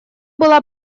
была